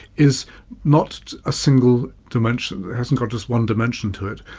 is not a single dimension, it hasn't got just one dimension to it.